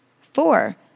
Four